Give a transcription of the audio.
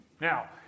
Now